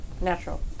natural